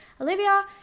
Olivia